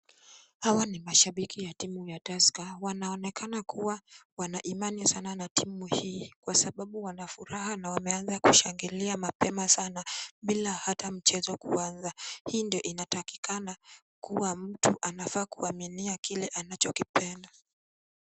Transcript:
Hawa ni mashabiki ya timu ya Tusker. Wanaonekana kuwa wana imani sana na timu hii kwa sababu Wana furaha na wameanza kushangilia sana bila hata mchezo kuanza. Hii ndio inatakikana kuwa mtu anafaa kuaminia kile anachokipenda.